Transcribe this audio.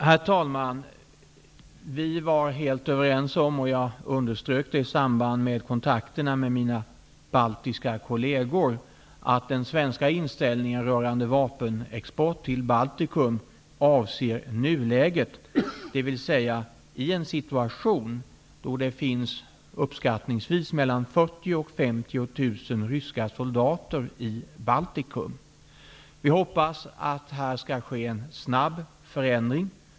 Herr talman! Vi var helt överens om, och jag underströk det i kontakterna med mina baltiska kolleger, att den svenska inställningen rörande vapenexport till Baltikum avser nuläget, dvs. i en situation då det finns uppskattningsvis mellan 40 000 och 50 000 ryska soldater i Baltikum. Vi hoppas att det skall ske en snabb förändring.